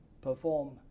perform